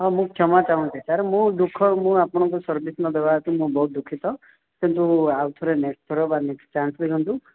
ହଁ ମୁଁ କ୍ଷମା ଚାହୁଁଛି ସାର୍ ମୁଁ ଦୁଃଖ ମୁଁ ଆପଣଙ୍କୁ ସର୍ଭିସ୍ ନ ଦେବା ହେତୁ ମୁଁ ବହୁତ ଦୁଃଖିତ କିନ୍ତୁ ଆଉ ଥର ନେକ୍ସଟ ଥର ବା ନେକ୍ସଟ ଚାନ୍ସରେ